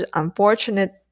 unfortunate